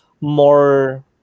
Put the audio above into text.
more